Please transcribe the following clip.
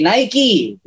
Nike